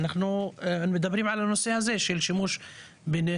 ואנחנו מדברים על הנושא הזה של שימוש בנשק.